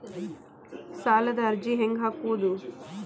ಸಾಲದ ಅರ್ಜಿ ಹೆಂಗ್ ಹಾಕುವುದು?